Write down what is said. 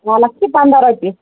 پالک چھِ پنٛداہ رۄپیہِ